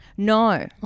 No